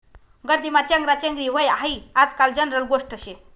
गर्दीमा चेंगराचेंगरी व्हनं हायी आजकाल जनरल गोष्ट शे